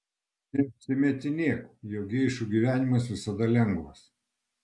neapsimetinėk jog geišų gyvenimas visada lengvas